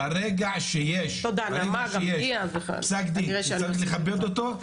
ברגע שיש פסק דין שצריך לכבד אותו,